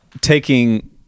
taking